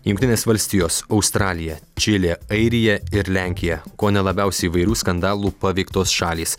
jungtinės valstijos australija čilė airija ir lenkija kone labiausiai įvairių skandalų paveiktos šalys